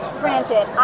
granted